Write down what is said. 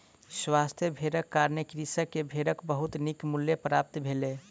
स्वस्थ भेड़क कारणें कृषक के भेड़क बहुत नीक मूल्य प्राप्त भेलै